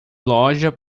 loja